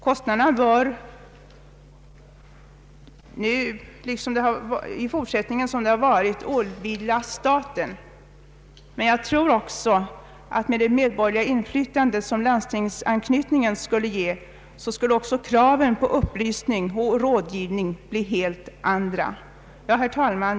Kostnaderna bör i fortsättningen liksom hittills åvila staten. Med det medborgerliga inflytande som landstingsanknytningen skulle ge tror jag också att kraven på upplysning och rådgivning skulle bli helt andra. Herr talman!